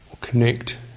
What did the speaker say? connect